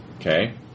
Okay